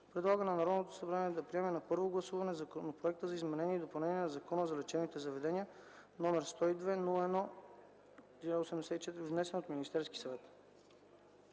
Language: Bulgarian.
предлага на Народното събрание да приеме на първо гласуване Законопроекта за изменение и допълнение на Закона за лечебните заведения, № 102-01-84, внесен от Министерския съвет.”